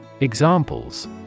Examples